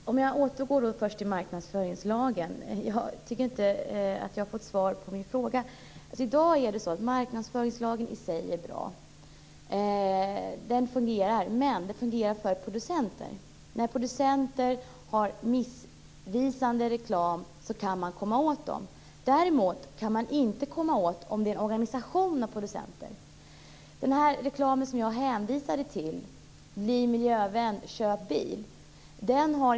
Herr talman! Jag återkommer till marknadsföringslagen. I dag är marknadsföringslagen i sig bra. Den fungerar - men för producenterna. När producenter har en missvisande reklam kan man komma åt dem. Däremot kan man inte komma åt en organisation av producenter. Jag hänvisade till reklamen om att bli miljövän och att köpa bil.